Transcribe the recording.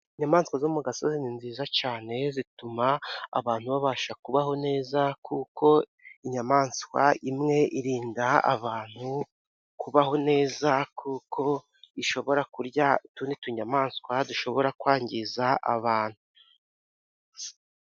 Inyamaswa zo mu gasozi ni nziza cyane zituma abantu babasha kubaho neza, kuko inyamaswa imwe irinda abantu kubaho neza kuko ishobora kurya utundi tunyamaswa dushobora kwangiza abantu.